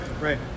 right